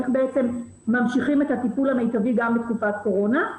איך ממשיכים את הטיפול המיטבי גם בתקופת קורונה,